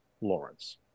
Lawrence